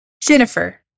Jennifer